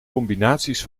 combinaties